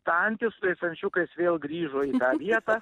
ta antis su tais ančiukais vėl grįžo į tą vietą